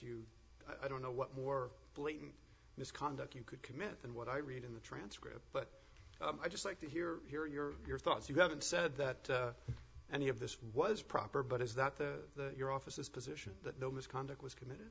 you i don't know what more blatant misconduct you could commit than what i read in the transcript but i just like to hear hear your thoughts you haven't said that any of this was proper but is that the your office is position that the misconduct was committed